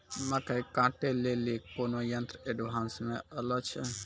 मकई कांटे ले ली कोनो यंत्र एडवांस मे अल छ?